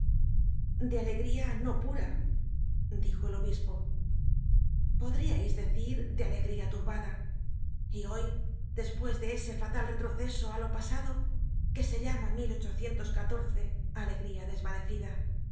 de alegría no pura dijo el obispo podriais decir de alegría turbada y hoy despues de ese fatal retroceso á lo pasado que se llama alegría desvanecida